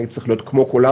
אני צריך להיות כמו כולם,